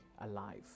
alive